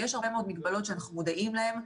ויש הרבה מאוד מגבלות שאנחנו מודעים להן.